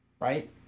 Right